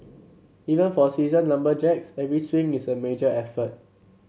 even for seasoned lumberjacks every swing is a major effort